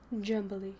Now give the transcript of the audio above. jumbly